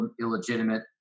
illegitimate